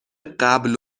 قبل